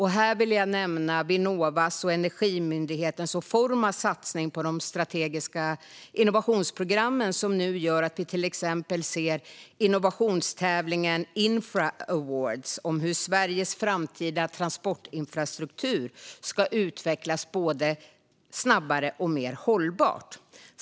Här vill jag nämna Vinnovas, Energimyndighetens och Formas satsning på de strategiska innovationsprogrammen, som nu gör att vi till exempel ser innovationstävlingen Infra Awards om hur Sveriges framtida transportinfrastruktur ska utvecklas både snabbare och mer hållbart.